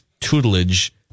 tutelage